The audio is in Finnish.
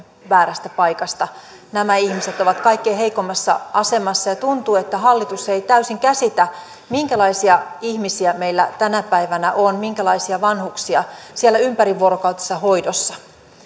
väärästä paikasta nämä ihmiset ovat kaikkein heikoimmassa asemassa ja tuntuu että hallitus ei täysin käsitä minkälaisia ihmisiä meillä tänä päivänä on minkälaisia vanhuksia siellä on ympärivuorokautisessa hoidossa